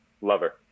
lover